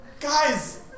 Guys